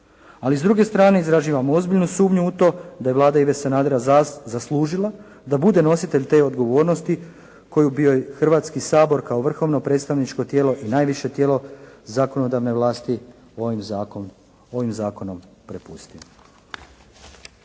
Ali s druge strane izražavam ozbiljnu sumnju u to da je Vlada Ive Sanadera zaslužila da bude nositelj te odgovornosti koju bi joj Hrvatski sabor kao vrhovno predstavničko tijelo i najviše tijelo zakonodavne vlasti ovim zakonom propustio.